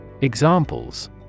Examples